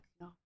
no